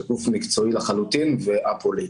זה גוף מקצועי לחלוטין וא-פוליטי.